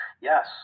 Yes